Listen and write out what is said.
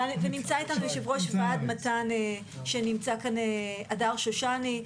רם בן ברק, יו"ר ועדת החוץ והביטחון: